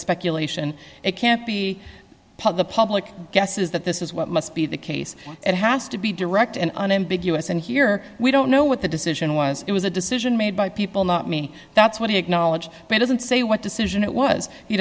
speculation it can't be the public guesses that this is what must be the case it has to be direct and unambiguous and here we don't know what the decision was it was a decision made by people not me that's what he acknowledged it doesn't say what decision it was he